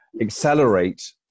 accelerate